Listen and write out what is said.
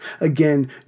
again